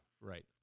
right